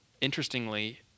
Interestingly